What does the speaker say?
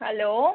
hello